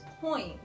point